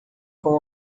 com